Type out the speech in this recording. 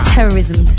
Terrorism